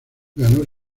ganó